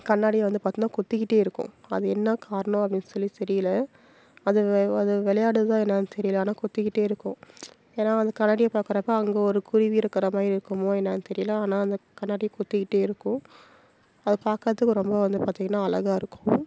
கண்ணாடியை வந்து பார்த்திங்கன்னா கொத்திக்கிட்டே இருக்கும் அது என்ன காரணம் அப்படின்னு சொல்லி தெரியலை அது அது விளையாடுதா என்னன்னு தெரியலை ஆனால் கொத்திக்கிட்டே இருக்கும் ஏன்னா அது கண்ணாடியை பாக்கிறப்ப அங்கே ஒரு குருவி இருக்கிற மாதிரி இருக்குமோ என்னன்னு தெரியல ஆனால் அந்த கண்ணாடியை கொத்திக்கிட்டே இருக்கும் அது பாக்கிறத்துக்கும் ரொம்ப வந்து பார்த்திங்கன்னா அழகா இருக்கும்